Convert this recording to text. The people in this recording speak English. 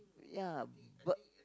ya but